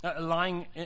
Lying